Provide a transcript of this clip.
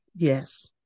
Yes